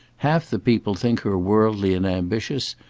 half the people think her worldly and ambitious.